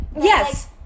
Yes